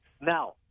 Now